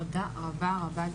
תודה רבה רבה.